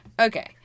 Okay